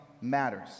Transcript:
matters